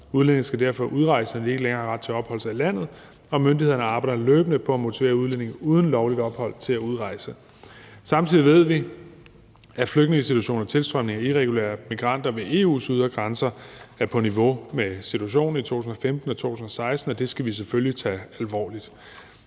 Udlændinge skal derfor udrejse, når de ikke længere har ret til at opholde sig i landet, og myndighederne arbejder løbende på at motivere udlændinge uden lovligt ophold til at udrejse. Samtidig ved vi, at flygtningesituationen og tilstrømningen af irregulære migranter ved EU's ydre grænser er på niveau med situationen i 2015 og 2016, og det skal vi selvfølgelig tage alvorligt.